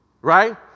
right